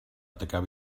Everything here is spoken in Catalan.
atacar